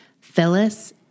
Phyllis